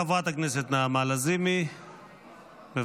חברת הכנסת נעמה לזימי, בבקשה.